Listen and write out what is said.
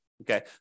okay